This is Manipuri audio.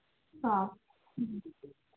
ꯑ